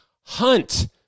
hunt